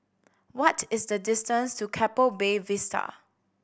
what is the distance to Keppel Bay Vista